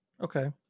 Okay